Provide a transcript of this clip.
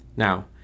Now